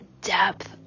depth